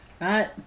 right